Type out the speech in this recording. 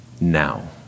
now